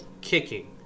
kicking